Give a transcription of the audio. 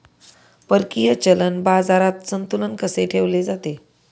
परकीय चलन बाजारात संतुलन कसे ठेवले जाते?